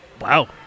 Wow